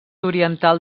oriental